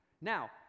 Now